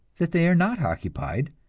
that they are not occupied,